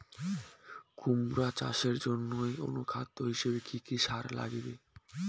কুমড়া চাষের জইন্যে অনুখাদ্য হিসাবে কি কি সার লাগিবে?